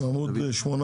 למה הם לא פה?